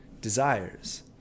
desires